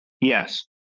Yes